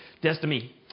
Destiny